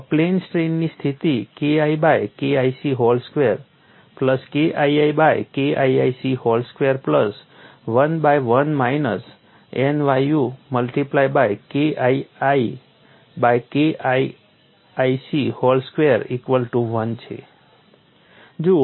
ત્યાં પ્લેન સ્ટ્રેઇનની સ્થિતિ KI by KIC whole square plus KII by KIIC whole square plus 1 by 1 minus nyu multiply by KIII by KIIC whole square equal to 1 છે